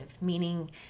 meaning